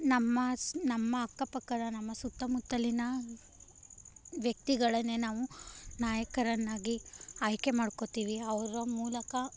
ನಮ್ಮ ಸ್ ನಮ್ಮ ಅಕ್ಕಪಕ್ಕದ ನಮ್ಮ ಸುತ್ತಮುತ್ತಲಿನ ವ್ಯಕ್ತಿಗಳನ್ನೇ ನಾವು ನಾಯಕರನ್ನಾಗಿ ಆಯ್ಕೆ ಮಾಡ್ಕೊಳ್ತೀವಿ ಅವರ ಮೂಲಕ